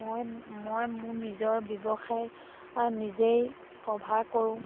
মই মই মোৰ নিজৰ ব্যৱসায় নিজেই কভাৰ কৰোঁ